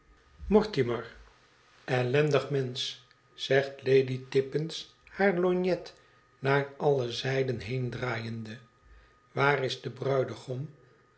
imortimer ellendig mensch zegt lady tippins haar lorgnet naar alle zijden heendraaiende waar is de bruidegom